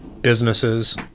businesses